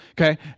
okay